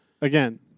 Again